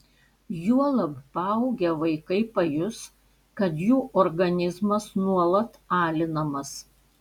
juolab paaugę vaikai pajus kad jų organizmas nuolat alinamas